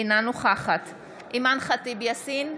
אינה נוכחת אימאן ח'טיב יאסין,